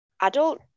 adult